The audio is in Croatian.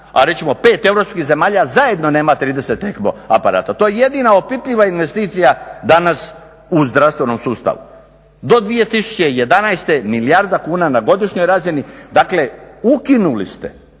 a reći ćemo pet europskih zemalja zajedno nema 30 ECMO aparata. To je jedina opipljiva investicija danas u zdravstvenom sustavu. Do 2011.milijarda kuna na godišnjoj razni, dakle ukinuli ste